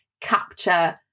capture